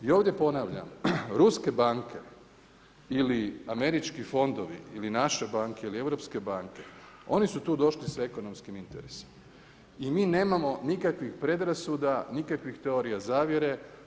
I ovdje ponavljam, ruske banke ili američki fondovi ili naše banke ili europske banke, oni su tu došli sa ekonomskim interesima i mi nemamo nikakvih predrasuda, nikakvih teorija zavjere.